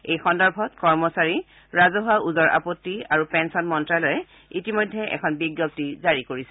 এই সন্দৰ্ভত কৰ্মচাৰী ৰাজহুৱা ওজৰ আপত্তি আৰু পেঞ্চন মন্ত্ৰালয়ে ইতিমধ্যে এখন বিজ্ঞপ্তি জাৰি কৰিছে